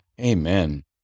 Amen